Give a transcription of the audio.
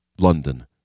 London